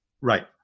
Right